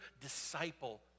disciple